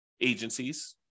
agencies